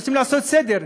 רוצים לעשות סדר,